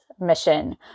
mission